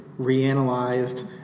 reanalyzed